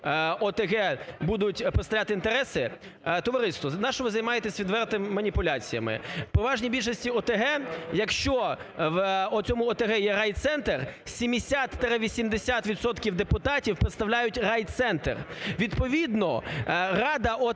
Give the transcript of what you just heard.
ОТГ будуть представляти інтереси. Товариство, нащо ви займаєтесь відвертими маніпуляціями. В поважній більшості ОТГ, якщо в оцьому ОТГ є райцентр, 70-80 відсотків депутатів представляють райцентр. Відповідно рада ОТГ